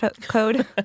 code